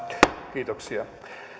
kiitoksia